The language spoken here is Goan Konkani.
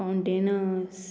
फावटेनस